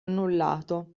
annullato